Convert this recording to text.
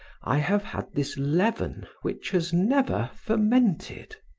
i have had this leaven which has never fermented.